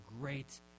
great